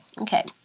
Okay